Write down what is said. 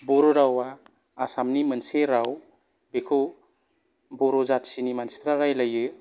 बर' रावा आसामनि मोनसे राव बेखौ बर' जाथिनि मानसिफ्रा रायलायो